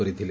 କରିଥିଲେ